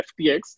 FTX